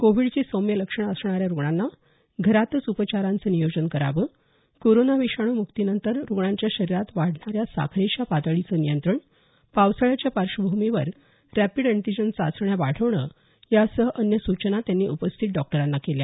कोविडची सौम्य लक्षणं असणाऱ्या रुग्णांना घरातच उपचाराचं नियोजन करावं कोरोना विषाणू मुक्तीनंतर रुग्णांच्या शरिरात वाढणाऱ्या साखरेच्या पातळीचं नियंत्रण पावसाळ्याच्या पार्श्वभूमीवर रॅपिड अँटीजेन चाचण्या वाढवणं यासह अन्य सूचना त्यांनी उपस्थित डॉक्टरांना केल्या